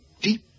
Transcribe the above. deep